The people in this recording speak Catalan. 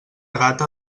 gata